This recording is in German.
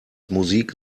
musik